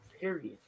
period